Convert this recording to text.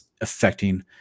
affecting